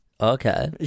Okay